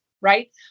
right